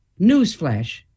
newsflash